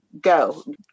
go